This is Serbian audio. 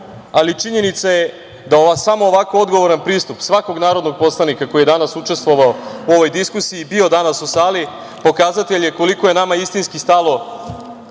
ali činjenica je da samo odgovoran pristup svakog narodnog poslanika koji je danas učestvovao u ovoj diskusiji i bio danas u sali je pokazatelj koliko je nama istinski stalo